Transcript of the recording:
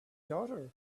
daughter